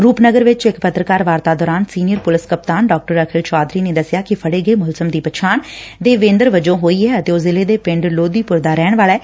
ਰੁਪਨਗਰ 'ਚ ਇਕ ਪੱਤਰਕਾਰ ਵਾਰਤਾ ਦੌਰਾਨ ਸੀਨੀਅਰ ਪੁਲਿਸ ਕਪਤਾਨ ਡਾ ਅਖਿਲ ਚੌਧਰੀ ਨੇ ਦਸਿਆ ਕਿ ਫੜੇ ਗਏ ਮੁਲਜਮ ਦੀ ਪਛਾਣ ਦੇਵੇਦਰ ਵਜੋਂ ਹੋਈ ਐ ਅਤੇ ਉਹ ਜ਼ਿਲ਼ੇ ਦੇ ਪਿੰਡ ਲੋਦੀਪੁਰ ਦਾ ਰਹਿਣ ਵਾਲਾ ਐ